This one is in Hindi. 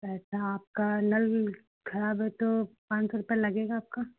पैसा आपका नल खराब है तो पान सौ रुपये लगेगा आपका